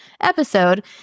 episode